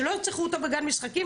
שלא ירצחו אותו בגן משחקים,